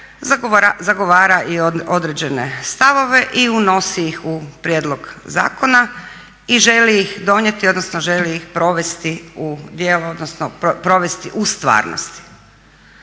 zagovara i određene stavove i unosi ih u prijedlog zakona i želi ih donijeti, odnosno želi ih provesti u djelo, odnosno provesti u stvarnosti.